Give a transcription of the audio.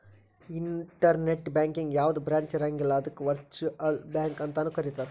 internet ಬ್ಯಾಂಕಿಗೆ ಯಾವ್ದ branch ಇರಂಗಿಲ್ಲ ಅದಕ್ಕ ವರ್ಚುಅಲ್ ಬ್ಯಾಂಕ ಅಂತನು ಕರೇತಾರ